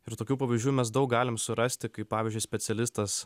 ir tokių pavyzdžių mes daug galim surasti kai pavyzdžiui specialistas